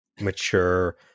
mature